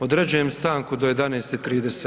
Određujem stanku do 11:30.